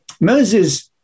Moses